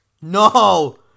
No